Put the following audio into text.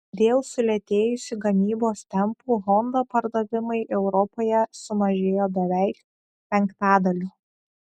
dėl sulėtėjusių gamybos tempų honda pardavimai europoje sumažėjo beveik penktadaliu